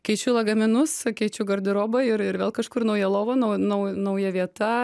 keičiu lagaminus keičiu garderobą ir ir vėl kažkur nauja lova nau nauj nauja vieta